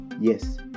Yes